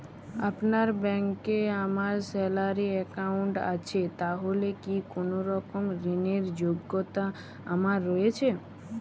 আপনার ব্যাংকে আমার স্যালারি অ্যাকাউন্ট আছে তাহলে কি কোনরকম ঋণ র যোগ্যতা আমার রয়েছে?